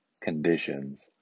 conditions